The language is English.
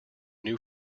new